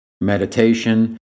meditation